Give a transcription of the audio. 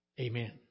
Amen